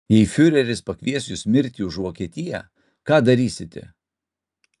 jei fiureris pakvies jus mirti už vokietiją ką darysite